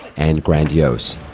and grandiose.